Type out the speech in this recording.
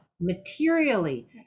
Materially